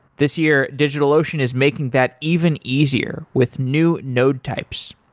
this year, digitalocean is making that even easier with new node types.